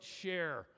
share